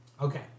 okay